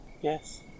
Yes